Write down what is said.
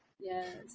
Yes